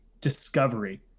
discovery